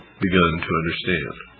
begun to understand.